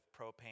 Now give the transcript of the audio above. propane